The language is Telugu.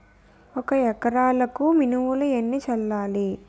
ఒక ఎకరాలకు మినువులు ఎన్ని చల్లాలి?